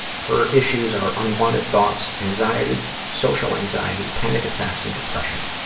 her issues are unwanted thoughts, anxiety, social anxiety, panic attacks and depression.